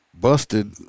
busted